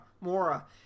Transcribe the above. Mora